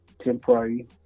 temporary